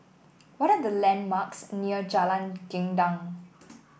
what are the landmarks near Jalan Gendang